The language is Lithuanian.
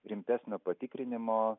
rimtesnio patikrinimo